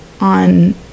on